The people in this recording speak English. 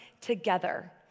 together